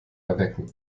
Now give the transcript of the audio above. erwecken